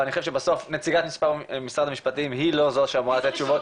אבל אני חושב שנציגת משרד המשפטים היא לא זו שאמורה לתת תשובות --- היא